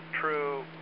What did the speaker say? true